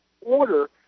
order